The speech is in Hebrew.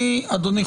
אני, אדוני,